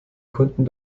kunden